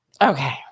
Okay